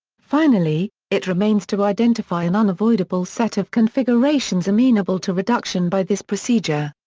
finally, it remains to identify an unavoidable set of configurations amenable to reduction by this procedure.